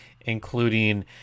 including